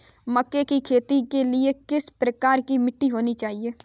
मक्के की खेती के लिए किस प्रकार की मिट्टी होनी चाहिए?